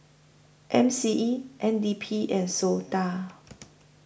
M C E N D P and Sota